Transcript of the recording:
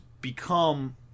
become